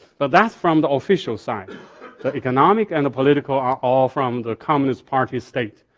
but that's from the official side, the economic and political are all from the communist party state.